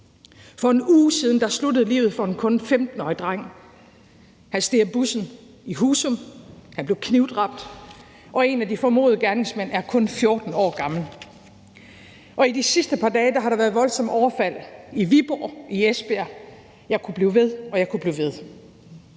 For en uge siden sluttede livet for en kun 15-årig dreng. Han steg af bussen i Husum. Han blev knivdræbt, og en af de formodede gerningsmænd er kun 14 år gammel. I de sidste par dage har der været voldsomme overfald i Viborg, i Esbjerg, og jeg kunne blive ved, og jeg kunne blive ved.